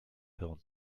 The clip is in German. hirn